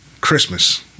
Christmas